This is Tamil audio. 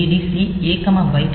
ADDC A byte